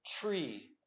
tree